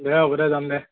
দে হ'ব দে যাম দে